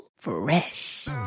fresh